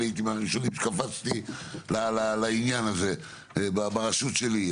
הייתי מהראשונים שקפצתי לעניין הזה ברשות שלי,